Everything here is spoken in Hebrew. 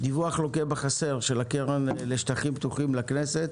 דיווח לוקה בחסר של הקרן לשטחים פתוחים לכנסת